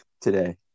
today